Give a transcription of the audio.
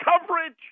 coverage